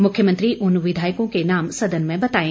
मुख्यमन्त्री उन विधायकों के नाम सदन में बताएं